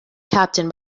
captain